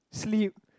sleep